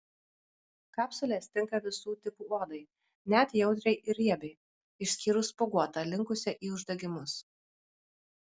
kapsulės tinka visų tipų odai net jautriai ir riebiai išskyrus spuoguotą linkusią į uždegimus